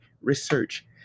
research